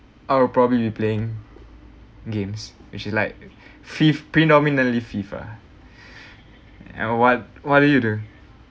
I'll probably be playing games which is like fifth predominantly fifth ah and what what do you do